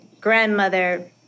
grandmother